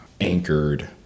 anchored